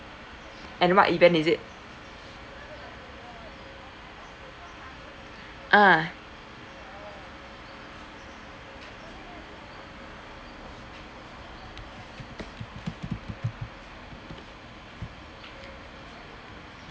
and what even is it ah